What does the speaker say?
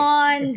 on